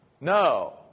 No